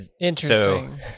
Interesting